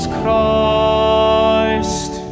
Christ